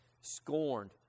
scorned